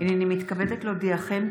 הינני מתכבדת להודיעכם,